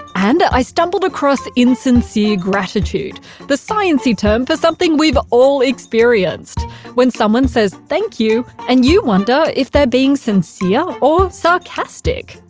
and i stumbled across insincere gratitude the sciencey term for something we've all experienced when someone says thank you and you wonder if they're being sincere or sarcastic.